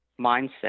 mindset